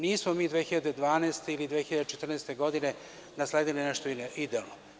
Nismo mi 2012. ili 2014. godine nasledili nešto idealno.